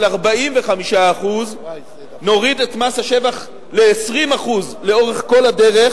45% נוריד את מס השבח ל-20% לאורך כל הדרך,